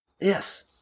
Yes